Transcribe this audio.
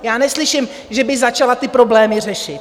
Já neslyším, že by začala ty problémy řešit.